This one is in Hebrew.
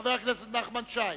חבר הכנסת נחמן שי?